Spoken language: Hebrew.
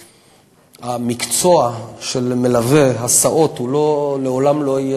המקצוע של מלווה הסעות לעולם לא יהיה